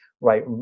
right